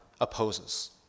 opposes